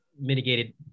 mitigated